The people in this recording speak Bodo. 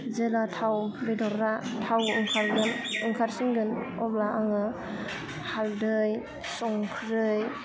जेब्ला थाव बेदरा थाव ओंखारगोन ओंखारसिनगोन अब्ला आङो हालदै संख्रै